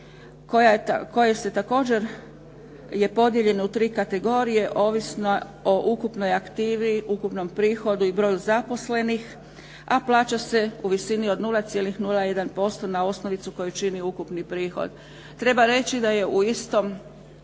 koje se također je podijeljen u tri kategorije ovisno o ukupnoj aktivi, ukupnom prihodu i broju zaposlenih, a plaća se u visini od 0,01% na osnovicu koju čini ukupni prihod. Treba reći da je u istom